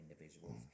individuals